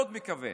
מאוד מקווה